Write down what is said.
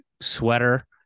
sweater